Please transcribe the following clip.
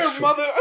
mother